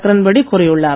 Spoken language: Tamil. கிரண் பேடி கூறியுள்ளார்